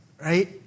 right